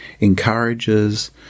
encourages